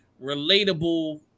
relatable